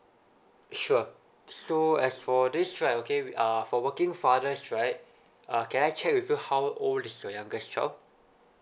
sure so as for this right okay wi~ uh for working fathers right uh can I check with you how old is your youngest child